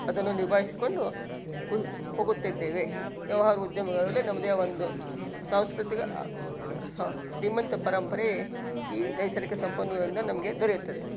ಅದನ್ನು ನಿಭಯಿಸ್ಕೊಂಡು ಹೋಗುತ್ತಿದ್ದೇವೆ ವ್ಯವ್ಹಾರ ಉದ್ಯಮಗಳಲ್ಲಿ ನಮ್ಮದೇ ಒಂದು ಸಾಂಸ್ಕೃತಿಕ ಶ್ರೀಮಂತ ಪರಂಪರೆ ಈ ನೈಸರ್ಗಿಕ ಸಂಪನ್ಮೂಲದಿಂದ ನಮಗೆ ದೊರೆಯುತ್ತದೆ